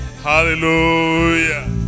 Hallelujah